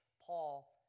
Paul